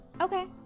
Okay